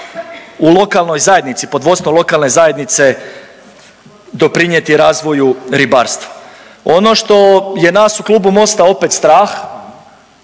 u lokalnoj zajednici, pod vodstvom lokalne zajednice doprinijeti razvoju ribarstva. Ono što je nas u klubu Mosta opet strah,